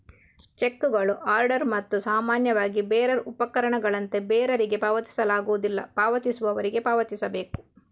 ಚೆಕ್ಕುಗಳು ಆರ್ಡರ್ ಮತ್ತು ಸಾಮಾನ್ಯವಾಗಿ ಬೇರರ್ ಉಪಪಕರಣಗಳಂತೆ ಬೇರರಿಗೆ ಪಾವತಿಸಲಾಗುವುದಿಲ್ಲ, ಪಾವತಿಸುವವರಿಗೆ ಪಾವತಿಸಬೇಕು